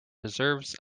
deserves